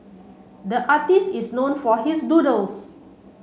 the artist is known for his doodles